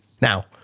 Now